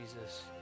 Jesus